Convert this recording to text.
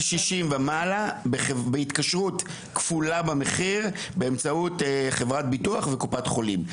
60 ומעלה בהתקשרות כפולה במחיר באמצעות חברת ביטוח וקופת חולים.